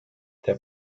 der